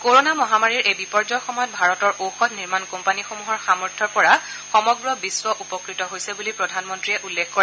corona মহামাৰীৰ এই বিপৰ্যয়ৰ সময়ত ভাৰতৰ ঔষধ নিৰ্মাণ কোম্পানীসমূহৰ সামৰ্থৰ পৰা সমগ্ৰ বিশ্ব উপকৃত হৈছে বুলি প্ৰধানমন্ত্ৰীয়ে উল্লেখ কৰে